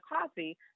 coffee